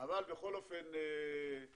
אבל אין